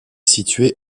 située